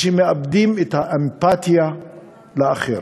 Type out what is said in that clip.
שמאבדים את האמפתיה לאחר.